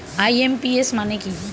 IMPS মানে কি?